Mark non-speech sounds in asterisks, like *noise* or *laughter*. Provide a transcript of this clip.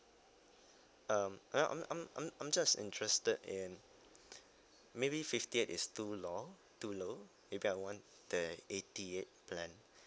um I'm I'm I'm I'm just interested in *breath* maybe fifty eight is too long too low maybe I want that eighty eight plan